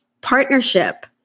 partnership